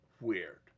weird